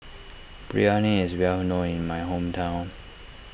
Biryani is well known in my hometown